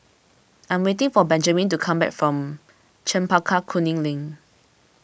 I am waiting for Benjaman to come back from Chempaka Kuning Link